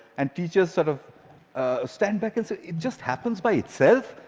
and teachers sort of ah stand back and say, it just happens by itself?